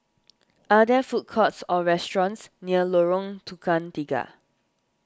are there food courts or restaurants near Lorong Tukang Tiga